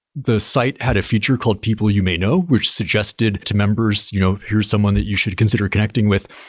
the site had a feature called people you may know, which suggested to members you know here's someone that you should consider connecting with.